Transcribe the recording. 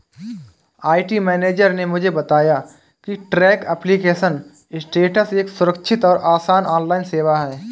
IT manager ने मुझे बताया की ट्रैक एप्लीकेशन स्टेटस एक सुरक्षित और आसान ऑनलाइन सेवा है